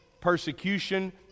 persecution